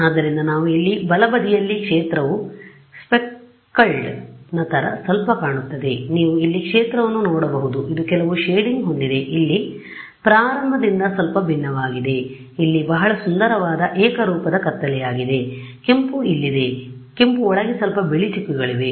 ಆದ್ದರಿಂದ ನಾವು ಇಲ್ಲಿ ಬಲ ಬದಿಯಲ್ಲಿ ಯಲ್ಲಿ ಕ್ಷೇತ್ರವು ಸ್ಪೆಕಲ್ಡ್ನ ತರ ಸ್ವಲ್ಪ ಕಾಣುತ್ತದೆ ನೀವು ಇಲ್ಲಿ ಕ್ಷೇತ್ರವನ್ನು ನೋಡಬಹುದು ಇದು ಕೆಲವು ಶೇಡಿಂಗ್ ಹೊಂದಿದೆ ಇಲ್ಲಿ ಪ್ರಾರಂಭದಿಂದ ಸ್ವಲ್ಪ ಭಿನ್ನವಾಗಿದೆ ಇಲ್ಲಿ ಬಹಳ ಸುಂದರವಾದ ಏಕರೂಪದ ಕತ್ತಲೆಯಾಗಿದೆ ಕೆಂಪು ಇಲ್ಲಿದೆ ಕೆಂಪು ಒಳಗೆ ಸ್ವಲ್ಪ ಬಿಳಿ ಚುಕ್ಕೆಗಳಿವೆ